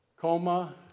Coma